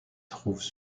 trouvent